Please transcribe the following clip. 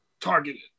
targeted